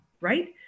right